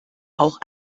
auch